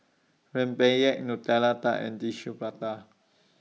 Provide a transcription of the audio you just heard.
Rempeyek Nutella Tart and Tissue Prata